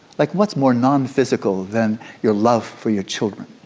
like, what's more nonphysical than your love for your children